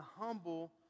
humble